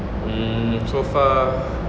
um so far